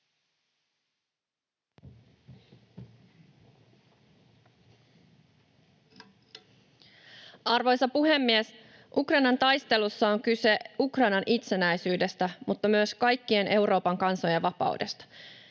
Arvoisa puhemies! Ukrainan taistelussa on kyse Ukrainan itsenäisyydestä mutta myös kaikkien Euroopan kansojen vapaudesta.